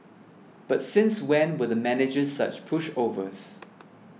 but since when were the managers such pushovers